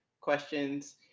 questions